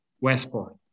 Westport